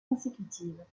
consécutive